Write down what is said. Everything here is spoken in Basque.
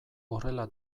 horrela